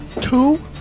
two